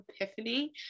epiphany